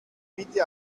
bitte